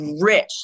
rich